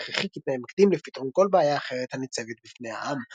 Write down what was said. אלא הכרחי כתנאי מקדים לפתרון כל בעיה אחרת הנצבת בפני העם.